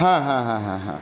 হ্যাঁ হ্যাঁ হ্যাঁ হ্যাঁ হ্যাঁ